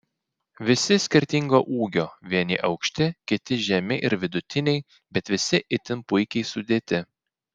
visi skirtingo ūgio vieni aukšti kiti žemi ir vidutiniai bet visi itin puikiai sudėti